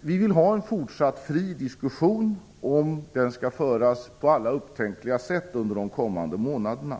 Vi vill ha en fortsatt fri diskussion som skall föras på alla upptänkliga sätt under de kommande månaderna.